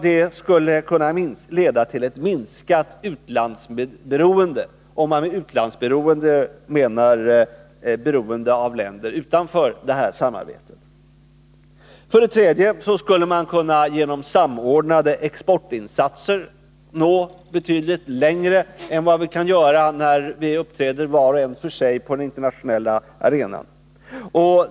Det skulle kunna leda till ett minskat utlandsberoende —- om man med utlandsberoende menar beroende av länder utanför det här samarbetet. För det tredje skulle man genom samordnade exportinsatser kunna nå betydligt längre än vad vi kan göra när vi uppträder var och en för sig på den internationella arenan.